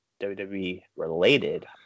WWE-related